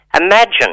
Imagine